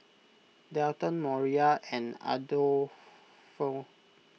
Dalton Moriah and Adolfo